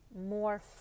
more